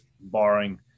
barring